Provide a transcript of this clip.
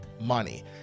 money